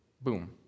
Boom